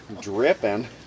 Dripping